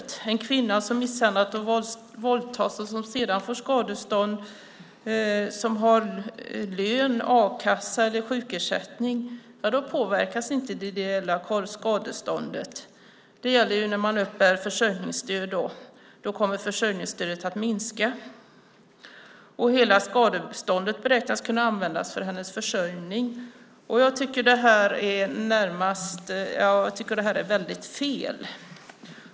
När det gäller en kvinna som misshandlats och våldtagits, får skadestånd och har lön, a-kassa eller sjukersättning påverkas inte det ideella skadeståndet. Men det gör det när man uppbär försörjningsstöd. Då kommer försörjningsstödet att minska, och hela skadeståndet beräknas kunna användas för hennes försörjning. Jag tycker att det är helt fel.